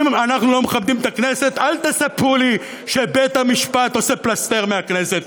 אם אנחנו לא מכבדים את הכנסת אל תספרו לי שבית-המשפט עושה פלסתר מהכנסת.